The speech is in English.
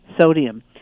sodium